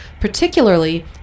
particularly